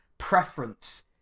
preference